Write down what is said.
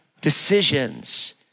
decisions